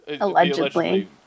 Allegedly